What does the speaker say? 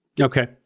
Okay